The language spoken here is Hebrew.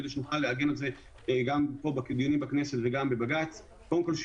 כדי שנוכל לעגן את זה גן פה בדיונים בכנסת וגם בבג"ץ קודם כל,